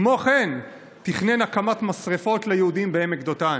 כמו כן הוא תכנן הקמת משרפות ליהודים בעמק דותן.